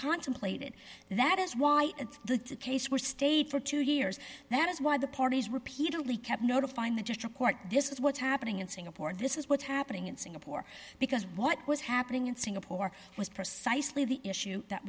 contemplated that is why it's the case we're stayed for two years that is why the parties repeatedly kept know to find that just report this is what's happening in singapore and this is what's happening in singapore because what was happening in singapore was precisely the issue that